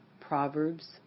Proverbs